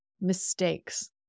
mistakes